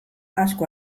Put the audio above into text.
asko